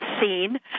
seen